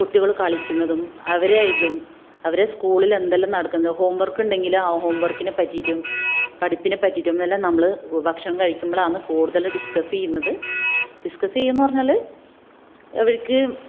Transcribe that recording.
കുട്ടികൾ കളിക്കുന്നതും അവരെ ഇതും അവരെ സ്കൂളിൽ എന്തെല്ലാം നടക്കുന്നത് ഹോം വർക്ക് ഉണ്ടെങ്കിൽ ആ ഹോം വർക്കിനെ പറ്റിയിട്ടും പഠിപ്പിനെ പറ്റിയിട്ടും എല്ലാം നമ്മൾ ഭക്ഷണം കഴിക്കുമ്പോളാണ് കൂടുതൽ ഡിസ്കസ് ചെയ്യുന്നത് ഡിസ്കസ് ചെയ്യും എന്ന് പറഞ്ഞാൽ അവർക്ക്